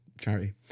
charity